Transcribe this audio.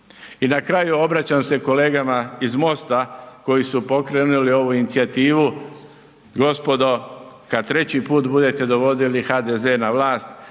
I na kraju obraćam se kolegama iz MOST-a koji su pokrenuli ovu inicijativu, gospodo kada treći put budete dovodili HDZ na vlast